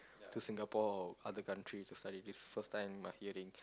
to Singapore other country to study this first time I hearing